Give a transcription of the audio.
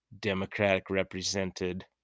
democratic-represented